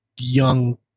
young